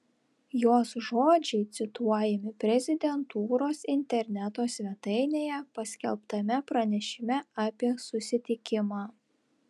jos žodžiai cituojami prezidentūros interneto svetainėje paskelbtame pranešime apie susitikimą